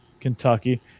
Kentucky